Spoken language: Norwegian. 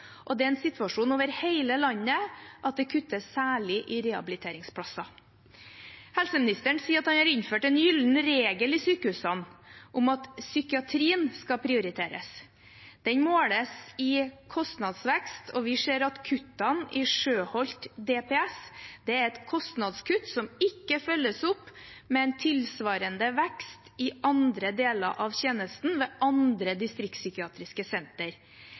og situasjonen over hele landet er at det særlig kuttes i rehabiliteringsplasser. Helseministeren sier at han har innført den gylne regel i sykehusene, om at psykiatrien skal prioriteres. Den måles i kostnadsvekst, og vi ser at kuttene i Sjøholt DPS er et kostnadskutt som ikke følges opp med en tilsvarende vekst i andre deler av tjenesten, ved andre distriktspsykiatriske